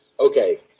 okay